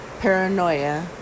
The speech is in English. paranoia